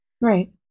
Right